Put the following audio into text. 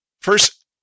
First